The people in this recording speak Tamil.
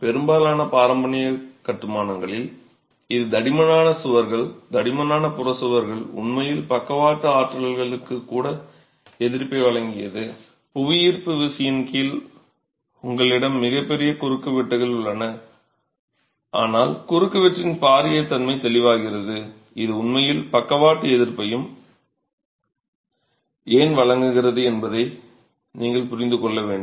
பெரும்பாலான பாரம்பரிய கட்டுமானங்களில் இது தடிமனான சுவர்கள் தடிமனான புறச் சுவர்கள் உண்மையில் பக்கவாட்டு ஆற்றல்களுக்கு கூட எதிர்ப்பை வழங்கியது புவியீர்ப்பு விசையின் கீழ் உங்களிடம் மிகப்பெரிய குறுக்குவெட்டுகள் உள்ளன ஆனால் குறுக்குவெட்டின் பாரிய தன்மை தெளிவாகிறது இது உண்மையில் பக்கவாட்டு எதிர்ப்பையும் ஏன் வழங்குகிறது என்பதை நீங்கள் புரிந்துகொள்ள வேண்டும்